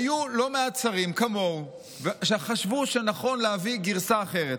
היו לא מעט שרים כמוהו שחשבו שנכון להביא גרסה אחרת.